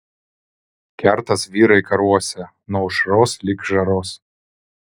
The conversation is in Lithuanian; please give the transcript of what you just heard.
kertas vyrai karuose nuo aušros lig žaros